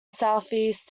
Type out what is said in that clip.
southeast